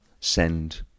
send